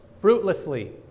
fruitlessly